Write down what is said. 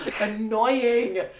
annoying